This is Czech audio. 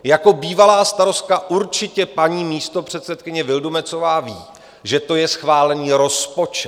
Jako bývalá starostka určitě paní místopředsedkyně Vildumetzová ví, že to je schválený rozpočet.